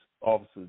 officers